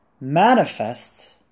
manifest